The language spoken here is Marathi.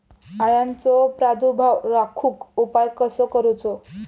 अळ्यांचो प्रादुर्भाव रोखुक उपाय कसो करूचो?